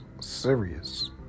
serious